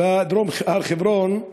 בדרום הר-חברון,